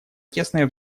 тесное